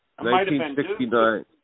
1969